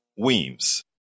weems